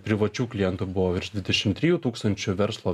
privačių klientų buvo virš dvidešim trijų tūkstančių verslo